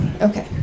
Okay